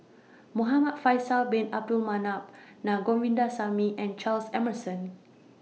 Muhamad Faisal Bin Abdul Manap Na Govindasamy and Charles Emmerson